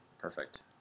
Perfect